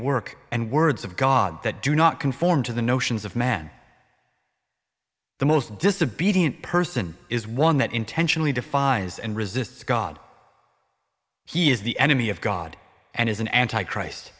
work and words of god that do not conform to the notions of man the most disobedient person is one that intentionally defies and resists god he is the enemy of god and is an anti christ